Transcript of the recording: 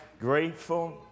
grateful